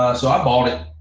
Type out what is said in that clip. ah so i bought it,